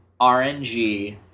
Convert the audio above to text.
RNG